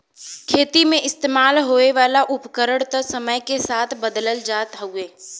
खेती मे इस्तेमाल होए वाला उपकरण त समय के साथे बदलत जात हउवे